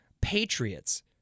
patriots